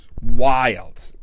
Wild